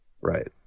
Right